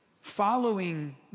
following